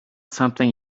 something